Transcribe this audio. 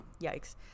yikes